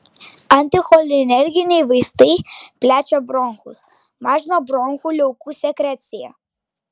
anticholinerginiai vaistai plečia bronchus mažina bronchų liaukų sekreciją